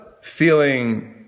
feeling